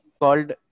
called